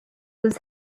was